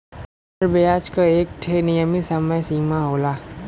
हर बियाज क एक ठे नियमित समय सीमा होला